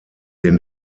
den